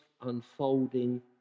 unfolding